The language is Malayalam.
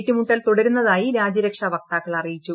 ഏറ്റുമുട്ടൽ തുടരുന്നതായി രാജ്യരക്ഷാ വക്താക്കൾ അറിയിച്ചു